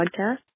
podcast